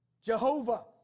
Jehovah